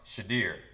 Shadir